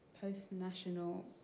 post-national